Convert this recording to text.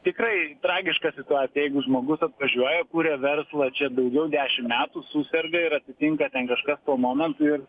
tikrai tragiška situacija jeigu žmogus atvažiuoja kuria verslą čia daugiau dešim metų suserga ir atsitinka kažkas tuo momentu ir